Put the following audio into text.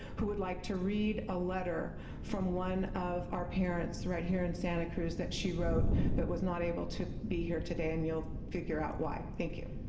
who would like to read a letter from one of our parents right here in santa cruz that she wrote but was not able to be here today, and you'll figure out why. thank you.